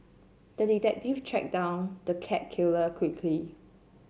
the detective tracked down the cat killer quickly